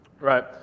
Right